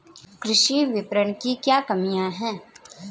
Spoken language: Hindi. कृषि विपणन की क्या कमियाँ हैं?